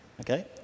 Okay